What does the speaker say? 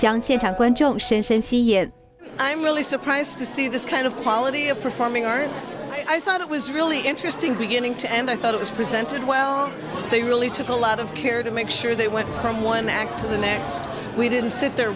is i'm really surprised to see this kind of quality of performing arts i thought it was really interesting beginning to end i thought it was presented well they really took a lot of care to make sure they went from one act to the next we didn't sit there